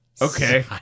Okay